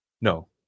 No